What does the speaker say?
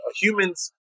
human's